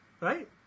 Right